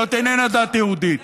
זאת איננה דת יהודית.